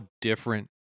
different